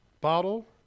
bottle